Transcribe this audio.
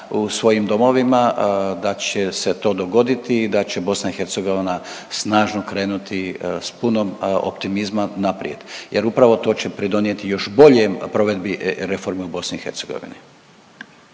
u svojim domovima da će se to dogoditi i da će BiH snažno krenuti s puno optimizma naprijed jer upravo to će pridonijeti još boljem provedbi reforma u BiH.